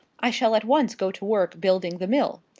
i shall at once go to work building the mill.